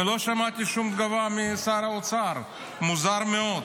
ולא שמעתי שום דבר משר האוצר, מוזר מאוד.